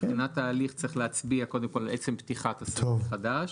מבחינת ההליך צריך קודם כל להצביע על עצם פתיחת הסעיף מחדש.